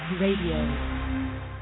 Radio